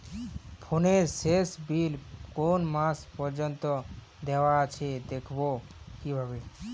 ফোনের শেষ বিল কোন মাস পর্যন্ত দেওয়া আছে দেখবো কিভাবে?